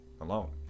alone